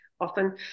often